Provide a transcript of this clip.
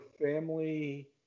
family